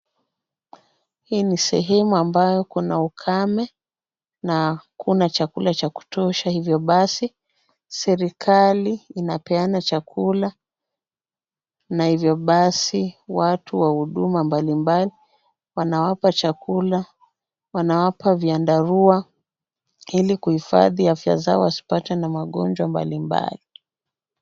Hii ni sehemu ambayo kuna ukame na hakuna chakula cha kutosha hivyo basi serikali inapeana chakula na hivyo basi watu wa huduma mbalimbali wanawapa chakula, wanawapa vyandarua ili kuhifadhi afya zao wasipatwe na magonjwa mbalimbali.